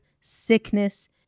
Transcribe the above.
sickness